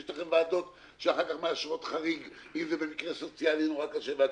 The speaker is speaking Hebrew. יש לכם ועדות שאחר כך מאשרות חריג אם זה מקרה סוציאלי נורא קשה והכול.